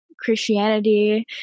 Christianity